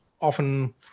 often